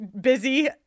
busy